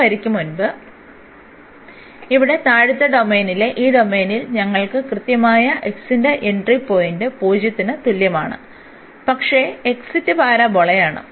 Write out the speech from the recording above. ഈ വരിക്ക് മുമ്പ് ഇവിടെ താഴത്തെ ഡൊമെയ്നിലെ ഈ ഡൊമെയ്നിൽ ഞങ്ങൾക്ക് കൃത്യമായി x ൽ എൻട്രി പോയിന്റ് 0 ന് തുല്യമാണ് പക്ഷേ എക്സിറ്റ് പരാബോളയാണ്